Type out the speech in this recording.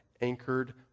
anchored